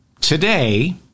today